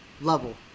level